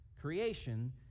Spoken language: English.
creation